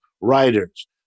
writers